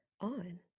on